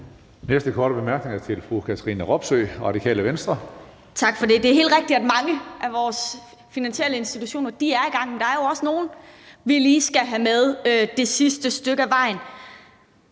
Næste korte bemærkning er fra fru Katrine Robsøe, Radikale Venstre. Kl. 15:48 Katrine Robsøe (RV): Tak for det. Det er helt rigtigt, at mange af vores finansielle institutioner er i gang, men der er jo også nogle, vi lige skal have med det sidste stykke ad vejen.